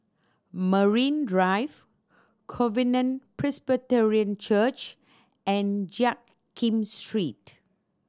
Marine Drive Covenant Presbyterian Church and Jiak Kim Street